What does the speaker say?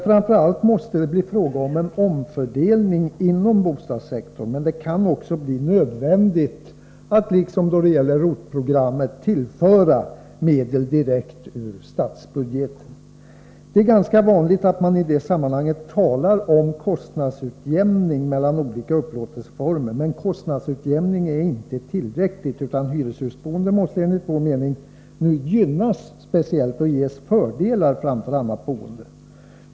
Framför allt måste det bli fråga om en omfördelning inom bostadssektorn, men det kan också bli nödvändigt att, liksom då det gäller ROT-programmet, tillföra medel direkt från statsbudgeten. Det är ganska vanligt att man i det sammanhanget talar om en kostnadsutjämning mellan olika upplåtelseformer. Men en kostnadsutjämning är inte tillräcklig, utan hyreshusboendet måste enligt vår mening gynnas speciellt och ges fördelar framför annat boende.